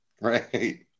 Right